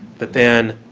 but then,